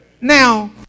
Now